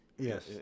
Yes